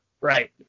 Right